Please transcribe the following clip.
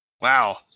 Wow